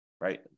right